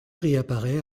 réapparaît